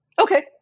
Okay